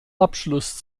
abschluss